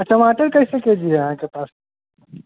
अच्छा टमाटर कइसे के जी हइ अहाँके पास